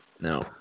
No